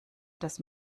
dass